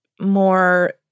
more